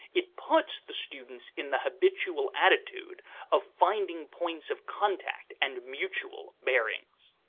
it puts the student in the habitual attitude of finding points of contact and mutual bearings.